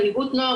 מנהיגות נוער,